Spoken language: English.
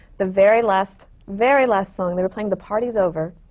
the very last very last song, they were playing the party's over,